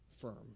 firm